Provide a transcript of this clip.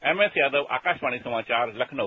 S S Yadav Akashvani समाचार लखनऊ